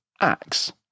axe